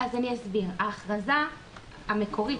ההכרזה המקורית,